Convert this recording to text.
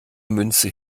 münze